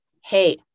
hey